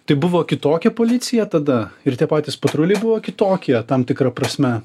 tai buvo kitokia policija tada ir tie patys patruliai buvo kitokie tam tikra prasme